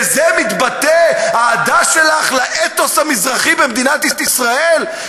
בזה מתבטאת האהדה שלך לאתוס המזרחי במדינת ישראל?